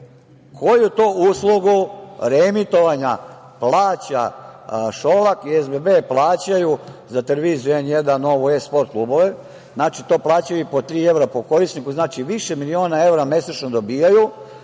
koju to uslugu reemitovanja plaća Šolak i SBB, plaćaju za televiziju „N1!, „Novu S“, „Sport klubove“? Znači, to plaćaju i po tri evra po korisniku, znači više miliona evra mesečno dobijaju